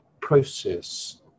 process